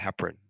heparin